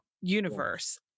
universe